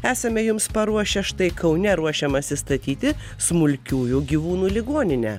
esame jums paruošę štai kaune ruošiamasi statyti smulkiųjų gyvūnų ligoninę